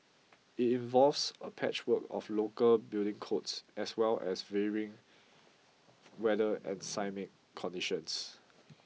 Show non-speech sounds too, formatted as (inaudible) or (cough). it involves a patchwork of local building codes as well as varying weather and seismic conditions (noise)